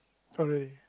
oh really